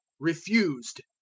refused.